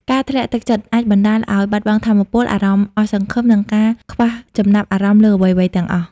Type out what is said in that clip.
ការធ្លាក់ទឹកចិត្តអាចបណ្តាលឱ្យបាត់បង់ថាមពល អារម្មណ៍អស់សង្ឃឹម និងការខ្វះចំណាប់អារម្មណ៍លើអ្វីៗទាំងអស់។